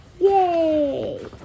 Yay